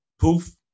poof